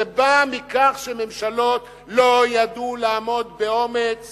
זה בא מכך שממשלות לא ידעו לעמוד באומץ